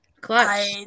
Clutch